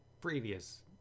previous